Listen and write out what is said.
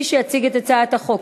מי שיציג את הצעת החוק,